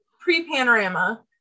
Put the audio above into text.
pre-panorama